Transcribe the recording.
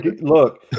look